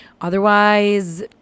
otherwise